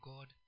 God